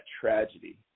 tragedy